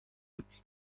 üks